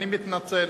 אני מתנצל.